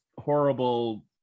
horrible